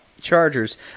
Chargers